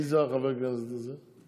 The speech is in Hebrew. מי זה החבר כנסת הזה?